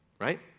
right